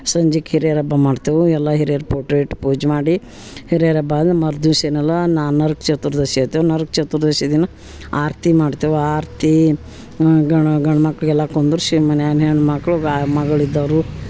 ಸಂಜಿಗ್ ಹಿರಿಯರ ಹಬ್ಬ ಮಾಡ್ತೇವೆ ಎಲ್ಲ ಹಿರಿಯರ ಫೋಟೋ ಇಟ್ಟು ಪೂಜೆ ಮಾಡಿ ಹಿರಿಯರ ಹಬ್ಬ ಆದ ಮರು ದಿವಸ ಏನಲ್ಲ ನರಕ ಚತುರ್ದಶಿ ಐತಿ ನರ್ಕ ಚತುರ್ದಶಿ ದಿನ ಆರತಿ ಮಾಡ್ತೇವೆ ಆರತಿ ಗಣ ಗಂಡ್ ಮಕ್ಕಳಿಗೆಲ್ಲ ಕುಂದರ್ಸಿ ಮನ್ಯಾಗ ಹೆಣ್ಣು ಮಕ್ಕಳು ಮಗ್ಳು ಇದ್ದೋರು